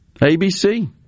ABC